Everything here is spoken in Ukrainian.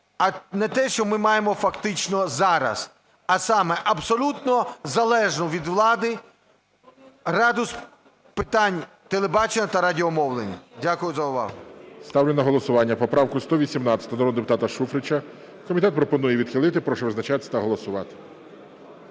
а не те, що ми маємо фактично зараз, а саме – абсолютно залежну від влади Раду з питань телебачення та радіомовлення. Дякую за увагу. ГОЛОВУЮЧИЙ. Ставлю на голосування поправку 118-у народного депутата Шуфрича. Комітет пропонує відхилити. Прошу визначатись та голосувати.